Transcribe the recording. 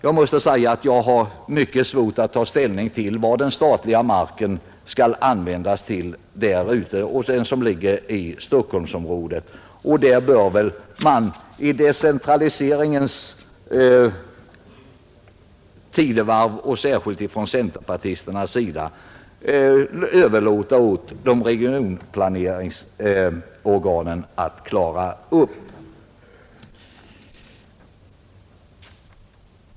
Jag har för min del mycket svårt att ta ställning till vad den statliga marken på Järvafältet skall användas till, och jag anser att man i decentraliseringens tidevarv bör — inte minst från centerpartisternas sida — överlåta åt regionplaneringsorganen att klara upp detta.